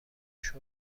شرت